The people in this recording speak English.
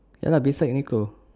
ya lah beside Uniqlo